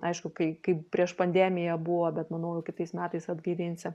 aišku kai kai prieš pandemiją buvo bet manau jau kitais metais atgaivinsi